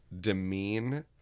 demean